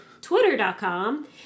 Twitter.com